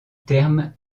terme